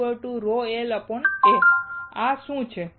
RρLA આ શું છે